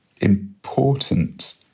important